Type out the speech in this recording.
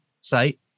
site